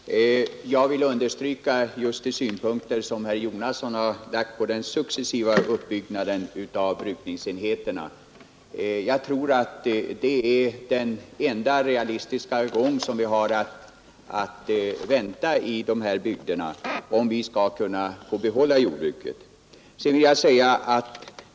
Herr talman! Jag vill understryka just de synpunkter som herr Jonasson har lagt på den successiva uppbyggnaden av brukningsenheter. Jag tror att det är den enda realistiska gång som vi har att vänta i dessa bygder, om vi skall få behålla jordbruket där.